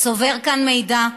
צובר כאן מידע,